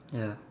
ya